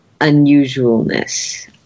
unusualness